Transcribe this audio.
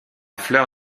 fleur